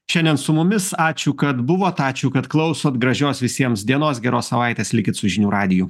šiandien su mumis ačiū kad buvot ačiū kad klausot gražios visiems dienos geros savaitės likit su žinių radiju